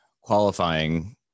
qualifying